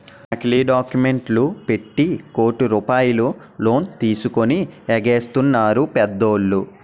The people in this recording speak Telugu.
నకిలీ డాక్యుమెంట్లు పెట్టి కోట్ల రూపాయలు లోన్ తీసుకొని ఎగేసెత్తన్నారు పెద్దోళ్ళు